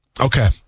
Okay